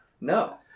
No